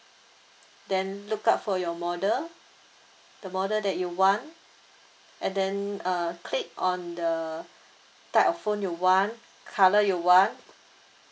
then look out for your model the model that you want and then uh click on the type of phone you want colour you want